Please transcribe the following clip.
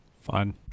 Fun